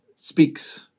speaks